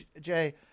Jay